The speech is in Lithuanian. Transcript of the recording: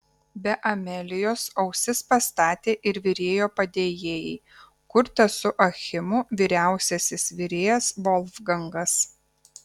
be amelijos ausis pastatė ir virėjo padėjėjai kurtas su achimu vyriausiasis virėjas volfgangas